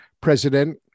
President